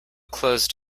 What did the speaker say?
closed